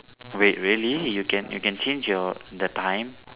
wait really you can you can change your the time